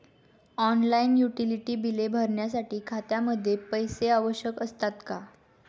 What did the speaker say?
Online utility बिले भरण्यासाठी खात्यामध्ये पैसे आवश्यक असतात का?